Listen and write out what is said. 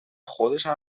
خودشم